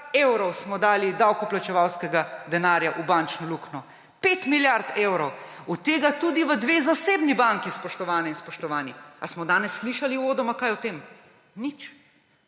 evrov smo dali davkoplačevalskega denarja v bančno luknjo. 5 milijard evrov, od tega tudi v dve zasebni banki, spoštovane in spoštovani. Ali smo danes slišali uvodoma kaj o tem? Nič.